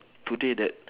today that